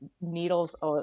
needles